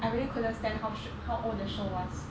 I really couldn't stand how should how old the show was